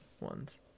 ones